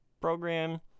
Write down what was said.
Program